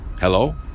Hello